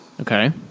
okay